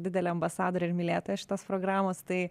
didelė ambasadorė ir mylėtoja šitos programos tai